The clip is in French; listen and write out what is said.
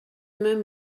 même